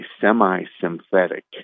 semi-synthetic